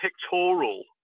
pictorial